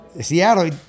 Seattle